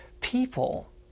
people